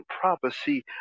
prophecy